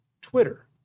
Twitter